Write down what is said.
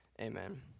Amen